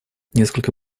несколько